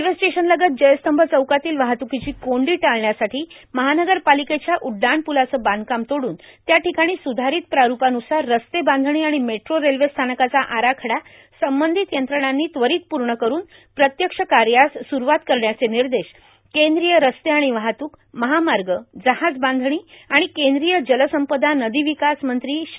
railway स्टेशनलगत जयस्तंभ चौकातील वाहतूकीची कोंडी टाळण्यासाठी महानगरपालिकेच्या उड्डाणप्रलाचं बांधकाम तोडून त्या ठिकाणी सुधारित प्रारूपान्रसार रस्ते बांधणी आणि मेट्रो रेल्वेस्थानकाचा आराखडा संबंधित यंत्रणानी त्वरित पूर्ण करून प्रत्यक्ष कार्यास सुरूवात करण्याचे निर्देश केंद्रीय रस्ते आणि वाहतूक महामार्ग जहाजबांधणी आणि केंद्रीय जलसंपदा नदी विकास मंत्री श्री